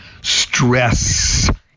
stress